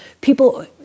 people